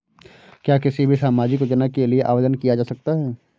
क्या किसी भी सामाजिक योजना के लिए आवेदन किया जा सकता है?